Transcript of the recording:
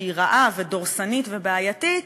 שהיא רעה ודורסנית ובעייתית,